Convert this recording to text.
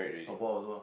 abort also lah